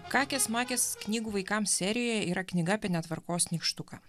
kakės makės knygų vaikams serijoje yra knyga apie netvarkos nykštuką